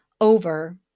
over